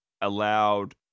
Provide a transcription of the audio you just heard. allowed